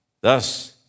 Thus